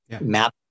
map